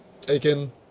Taken